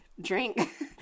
drink